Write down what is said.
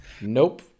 Nope